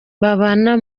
babana